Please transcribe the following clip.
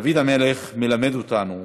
דוד המלך מלמד אותנו